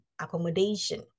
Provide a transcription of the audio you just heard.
accommodation